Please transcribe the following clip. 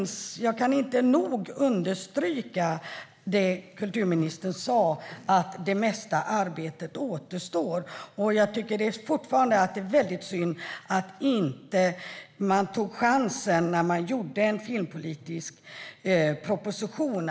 Jag kan därför inte nog understryka det kulturministern sa om att det mesta arbetet återstår. Det är synd att man inte tog chansen att ta med dessa viktiga delar när man gjorde en filmpolitisk proposition.